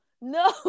no